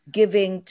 giving